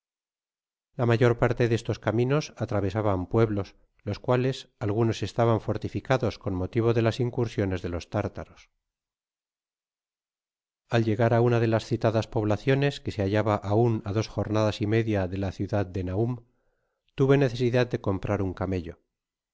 la mayor parte de estos caminos atravesaban pueblos los cuales algunos estaban fortificados con motivo de las incursiones de los tártaros al llegará una de las citadas poblaciones que se hallaba aun á dos jornadas y media de la ciudad de nañm tuve necesidad de comprar un camello la